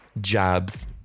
jobs